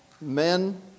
men